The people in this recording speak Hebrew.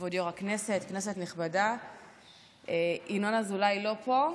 כבוד יו"ר הישיבה, כנסת נכבדה, ינון אזולאי לא פה.